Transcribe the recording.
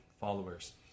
followers